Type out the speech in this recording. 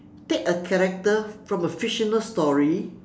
take a character from a fictional story